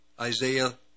Isaiah